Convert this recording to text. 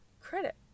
credit